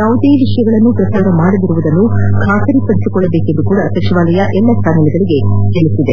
ಯಾವುದೇ ವಿಷಯವನ್ನು ಪ್ರಸಾರ ಮಾಡದಿರುವುದನ್ನು ಖಾತ್ರಿಪಡಿಸಿಕೊಳ್ಳುವಂತೆ ಸಚಿವಾಲಯವು ಎಲ್ಲ ಚಾನೆಲ್ಗಳಿಗೆ ತಿಳಿಸಿದೆ